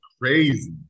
crazy